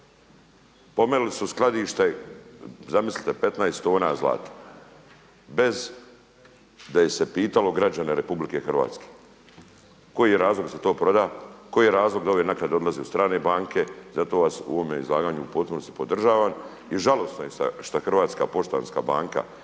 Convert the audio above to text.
Pomeli su skladište, zamislite 15 tona zlata bez da se pitalo građane RH. Koji je razloga da se to proda? Koji je razlog da ove naknade odlaze u strane banke? I zato vas u ovome izlaganju u potpunosti podržavam. I žalosno je šta Hrvatska poštanska banka,